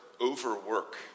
overwork